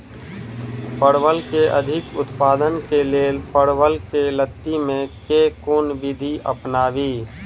परवल केँ अधिक उत्पादन केँ लेल परवल केँ लती मे केँ कुन विधि अपनाबी?